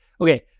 Okay